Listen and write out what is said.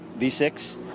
V6